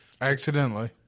Accidentally